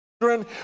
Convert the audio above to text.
children